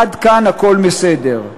עד כאן הכול בסדר.